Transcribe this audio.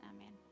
amen